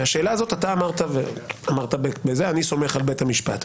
בשאלה הזאת אתה אמרת: אני סומך על בית המשפט.